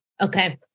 Okay